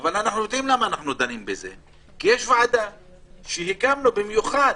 אבל אנחנו יודעים למה אנו דנים בזה כי יש ועדה שהקמנו אותה במיוחד,